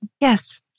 yes